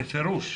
בפירוש,